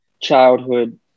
childhood